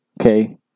Okay